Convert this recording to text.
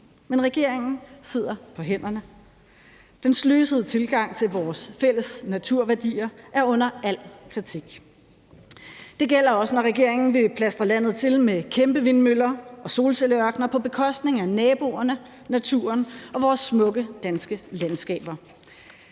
men regeringen sidder på hænderne. Den sløsede tilgang til vores fælles naturværdier er under al kritik. Det gælder også, når regeringen vil plastre landet til med kæmpevindmøller og solcelleørkener på bekostning af naboerne, naturen og vores smukke danske landskaber.